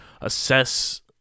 assess